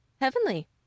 Heavenly